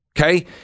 Okay